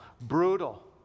brutal